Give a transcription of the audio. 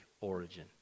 origin